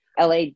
LA